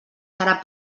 serà